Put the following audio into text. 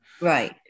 Right